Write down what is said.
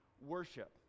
worship